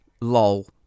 lol